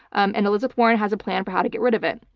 and elizabeth warren has a plan for how to get rid of it.